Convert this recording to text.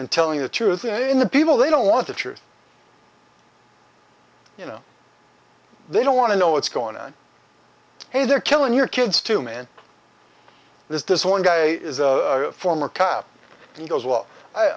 and telling the truth in the people they don't want the truth you know they don't want to know what's going on and they're killing your kids too man there's this one guy is a former cop and he goes well i